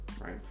right